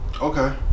Okay